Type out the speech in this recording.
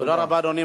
תודה רבה, אדוני.